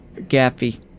Gaffy